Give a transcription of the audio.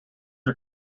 are